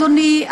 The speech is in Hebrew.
אדוני,